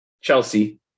Chelsea